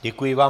Děkuji vám.